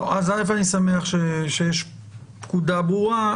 אני שמח שיש פקודה ברורה.